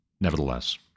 Nevertheless